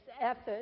effort